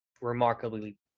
remarkably